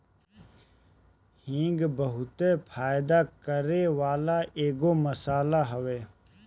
हिंग बहुते फायदा करेवाला एगो मसाला हवे